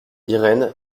irène